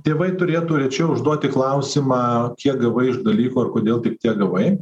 tėvai turėtų rečiau užduoti klausimą kiek gavai iš dalyko ir kodėl tik tiek gavai